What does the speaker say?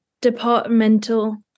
departmental